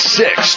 six